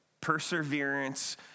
perseverance